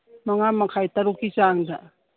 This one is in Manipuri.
ꯃꯉꯥ ꯃꯈꯥꯏꯇꯔꯨꯛꯛꯤ ꯆꯥꯡꯗ